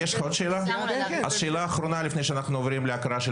ועכשיו על פי הפיילוט שאנחנו מקדמים ברבנות,